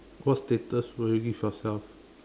what status would you give yourself